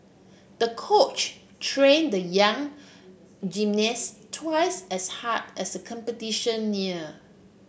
the coach train the young gymnast twice as hard as competition near